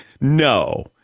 No